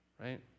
right